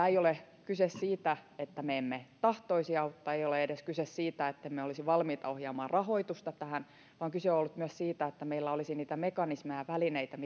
ei ole siitä että me emme tahtoisi auttaa ei ole kyse edes siitä ettemme olisi valmiita ohjaamaan rahoitusta tähän vaan kyse on ollut myös siitä että meillä olisi niitä mekanismeja ja välineitä